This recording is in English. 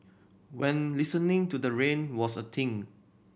when listening to the rain was a thing